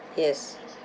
yes